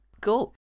Cool